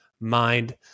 mind